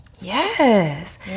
Yes